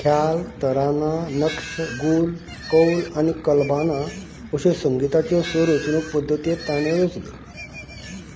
ख्याल तराना नक्ष गुल कौल आनी कल्बाना अश्यो संगीताच्यो स रचणूक पद्दती तांणे रचल्यो